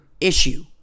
issue